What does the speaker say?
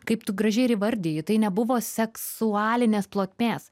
kaip tu gražiai ir įvardijai tai nebuvo seksualinės plotmės